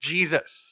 Jesus